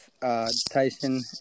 Tyson